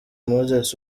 moses